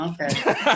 Okay